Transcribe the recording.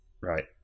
right